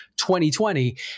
2020